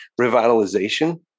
revitalization